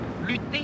lutter